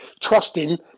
trusting